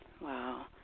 Wow